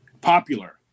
popular